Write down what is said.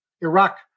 Iraq